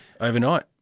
overnight